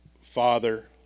father